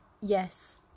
yes